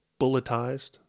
bulletized